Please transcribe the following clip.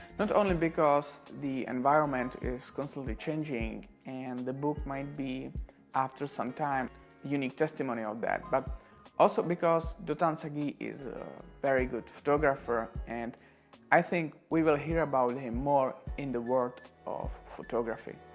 not only because the environment is constantly changing and the book might be after some time unique testimony of that but also because dotan saguy is a very good photographer and i think we will hear about him more in the world of photography.